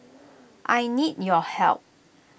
I need your help